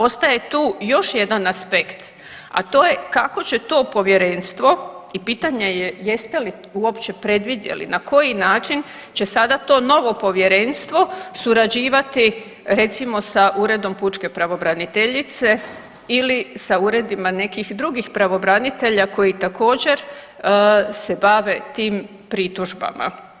Ostaje tu još jedan aspekt, a to je kako će to povjerenstvo i pitanje je jeste li uopće predvidjeli na koji način će sada to novo povjerenstvo surađivati recimo sa Uredom pučke pravobraniteljice ili sa uredima nekih drugih pravobranitelja koji također se bave tim pritužbama.